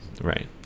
right